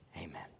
Amen